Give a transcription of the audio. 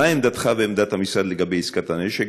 מהי עמדתך ועמדת המשרד לגבי עסקת הנשק,